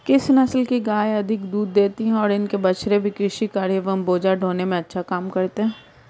किस नस्ल की गायें अधिक दूध देती हैं और इनके बछड़े भी कृषि कार्यों एवं बोझा ढोने में अच्छा काम करते हैं?